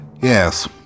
yes